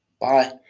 bye